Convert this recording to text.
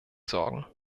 sorgen